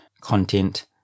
content